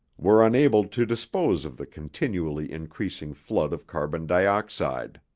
were unable to dispose of the continually increasing flood of carbon dioxide.